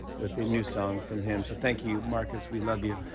with a new song from him. so thank you, marcus. we love you.